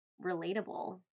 relatable